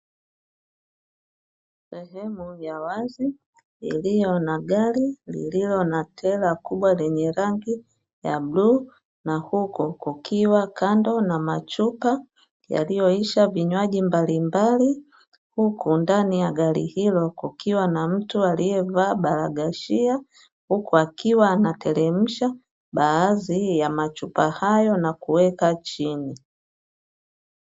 Sehemu ya wazi iliyo na gari lililo na tela kubwa lenye rangi ya bluu na huko kukiwa kando na machupa yaliyoisha vinywaji mbalimbali, huku ndani ya gari hilo kukiwa na mtu aliyevaa baraghashia huku akiwa anateremsha baadhi ya machupa hayo na kuweka chini.